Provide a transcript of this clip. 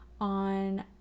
on